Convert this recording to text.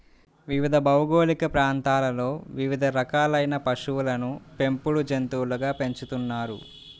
వివిధ భౌగోళిక ప్రాంతాలలో వివిధ రకాలైన పశువులను పెంపుడు జంతువులుగా పెంచుతున్నారు